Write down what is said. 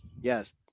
Yes